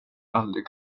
aldrig